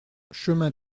chemin